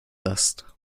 dust